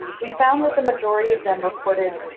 we found that the majority of them reported